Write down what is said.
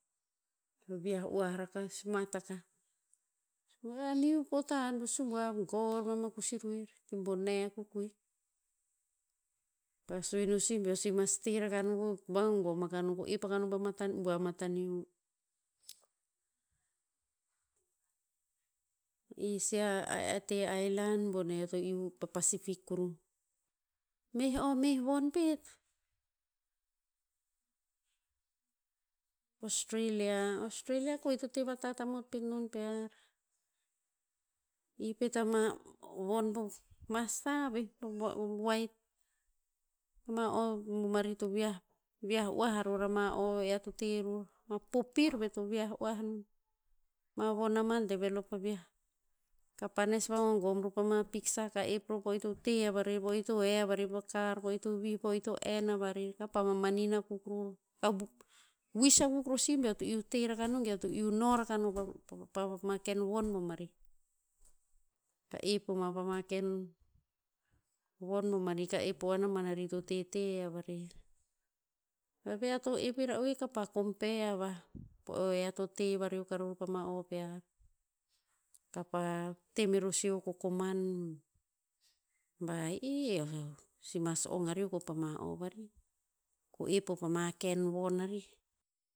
O vi'ah oah rakah, smat akah. Vaniu po tahat bo subuav gor ma ma kosi roer. Ti bone akuk koeh. Pa sue no si ba eo si mas te rakah no ko vagogom aka no ko ep aka no pa matan, bua mataneo. Isi a- a te aelan bone eo to iu, pa pacific kuruh. Meh o meh von pet, australia. Australia koe to te vatat amot pet non pear. I pet ama von po masta veh woaet. Ma o bomari to vi'ah- vi'ah a ror ama o ear to te ror. Ma pop pir ve to viah oah non. Ma von ama develop a vi'ah. Kapa nes vagogom ror pama piksa ka ep ror po o ir to te a varer, po o ir to he a varer pa kar, po o ir vih, po o ir to en a varer ka pah mamanin akuk ror. wis akuk ror si be eo to te rakah no ge eo to iu no raka no pa- pa- pa ma ken von bomarih. Ka ep o ma pama ken, von bomarih ka ep po o a naban narih to tete a varer. Ve ve ea to ep ira'oer kapah kompea avah po o ear to te vareok karor pama o pear. Kapa te meror si o vakokoman bah, ih, eo- eo si mas ong areok pama o varih. Ko ep poh pama ken von arih